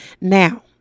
Now